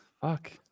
Fuck